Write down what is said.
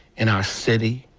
in our city.